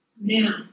now